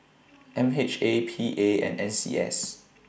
M H A P A and N C S